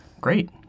Great